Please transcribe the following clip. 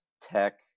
Tech